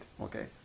okay